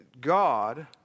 God